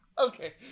Okay